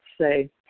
say